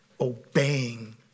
obeying